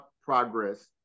progress